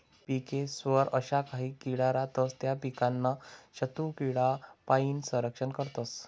पिकेस्वर अशा काही किडा रातस त्या पीकनं शत्रुकीडासपाईन संरक्षण करतस